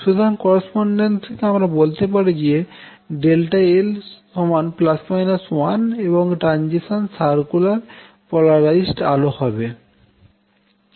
সুতরাং করস্পন্ডেস দ্বারা আমরা বলতে পারি যে l 1 এবং ট্রানজিশান সারকুলার পোলারাইজড আলো হবে